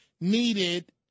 needed